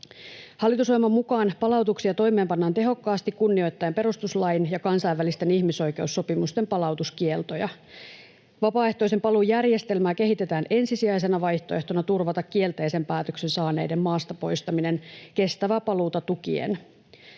Hallitusohjelman mukaan palautuksia toimeenpannaan tehokkaasti kunnioittaen perustuslain ja kansainvälisten ihmisoikeussopimusten palautuskieltoja. Vapaaehtoisen paluun järjestelmää kehitetään ensisijaisena vaihtoehtona turvata kielteisen päätöksen saaneiden maastapoistaminen kestävää paluuta tukien.